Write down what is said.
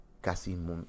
casi